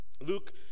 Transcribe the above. Luke